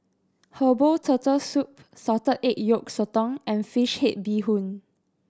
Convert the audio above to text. herbal Turtle Soup salted egg yolk sotong and fish head bee hoon